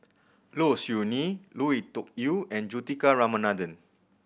Low Siew Nghee Lui Tuck Yew and Juthika Ramanathan